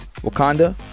Wakanda